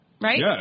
Right